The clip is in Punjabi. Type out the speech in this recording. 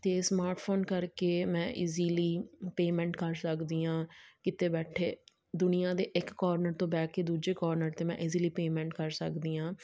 ਅਤੇ ਸਮਾਰਟਫੋਨ ਕਰਕੇ ਮੈਂ ਇਜੀਲੀ ਪੇਮੈਂਟ ਕਰ ਸਕਦੀ ਹਾਂ ਕਿਤੇ ਬੈਠੇ ਦੁਨੀਆ ਦੇ ਇੱਕ ਕੋਰਨਰ ਤੋਂ ਬਹਿ ਕੇ ਦੂਜੇ ਕੋਰਨਟ 'ਤੇ ਮੈਂ ਇਜੀਲੀ ਪੇਮੈਂਟ ਕਰ ਸਕਦੀ ਹਾਂ